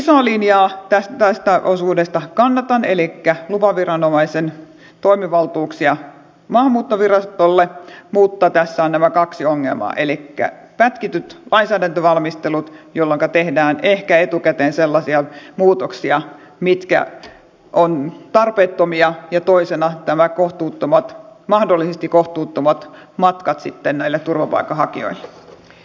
isoa linjaa tästä osuudesta kannatan elikkä lupaviranomaisen toimivaltuuksia maahanmuuttovirastolle mutta tässä on nämä kaksi ongelmaa elikkä pätkityt lainsäädäntövalmistelut jolloinka tehdään ehkä etukäteen sellaisia muutoksia mitkä ovat tarpeettomia ja toisena nämä kohtuuttomat mahdollisesti kohtuuttomat matkat turvapaikanhakijoille